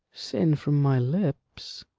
sin from my lips?